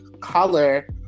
color